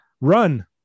run